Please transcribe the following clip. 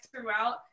throughout